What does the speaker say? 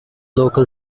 local